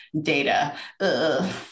data